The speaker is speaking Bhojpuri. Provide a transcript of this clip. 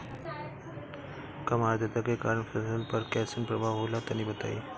कम आद्रता के कारण फसल पर कैसन प्रभाव होला तनी बताई?